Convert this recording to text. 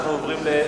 אנחנו עוברים להצבעה.